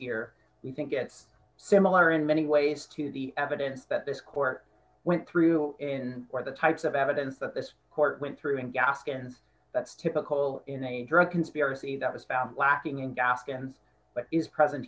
here we think it's similar in many ways to the evidence that this court went through in or the types of evidence that this court went through and gaskins that's typical in a drug conspiracy that was found lacking in gas and is present